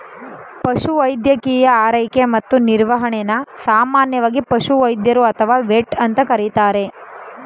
ಪಶುವೈದ್ಯಕೀಯ ಆರೈಕೆ ಮತ್ತು ನಿರ್ವಹಣೆನ ಸಾಮಾನ್ಯವಾಗಿ ಪಶುವೈದ್ಯರು ಅಥವಾ ವೆಟ್ ಅಂತ ಕರೀತಾರೆ